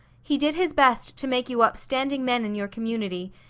he did his best to make you upstanding men in your community,